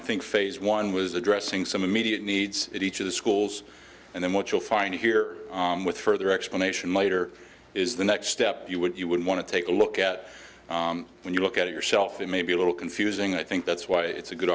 i think phase one was addressing some immediate needs that each of the schools and then what you'll find here with further explanation later is the next step you would you would want to take a look at when you look at it yourself it may be a little confusing i think that's why it's a good